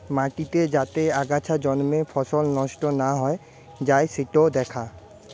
মাটিতে যাতে আগাছা জন্মে ফসল নষ্ট না হৈ যাই সিটো দ্যাখা